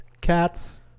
Cats